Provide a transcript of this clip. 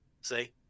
see